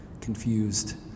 confused